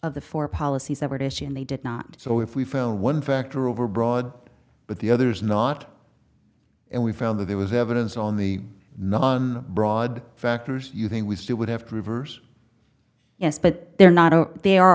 of the four policy separate issue and they did not so if we found one factor overbroad but the other is not and we found that there was evidence on the non broad factors you think we still would have to reverse yes but they're not they are